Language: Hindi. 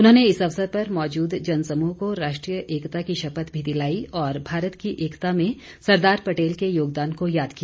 उन्होंने इस अवसर पर मौजूद जनसमूह को राष्ट्रीय एकता की शपथ भी दिलाई और भारत की एकता में सरदार पटेल के योगदान को याद किया